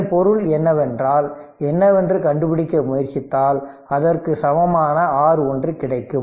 இதன் பொருள் என்னவென்றால் என்னவென்று கண்டுபிடிக்க முயற்சித்தால் அதற்கு சமமான R ஒன்று கிடைக்கும்